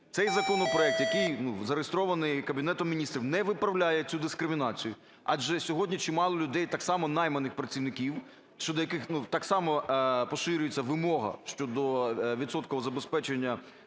цей законопроект, який зареєстрований Кабінетом Міністрів, не виправляє цю дискримінацію? Адже сьогодні чимало людей, так само найманих працівників, щодо яких так само поширюється вимога щодо відсоткового забезпечення